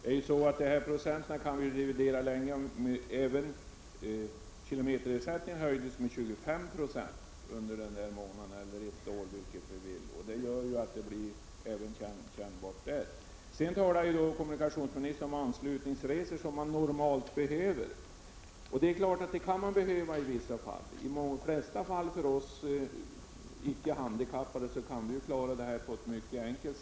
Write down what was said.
Fru talman! Vi kan dividera länge om de här procenttalen. Men även kilometerersättningen höjdes med 25 90 under en månad eller ett år. Detta medför också att kostnaderna blir kännbara. Kommunikationsministern talar om anslutningsresor som man normalt behöver företa. Det är klart att det i vissa fall behövs anslutningsresor. De icke handikappade kan i de flesta fall klara anslutningsresorna mycket enkelt.